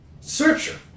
scripture